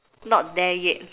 not there yet